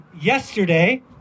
yesterday